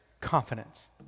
confidence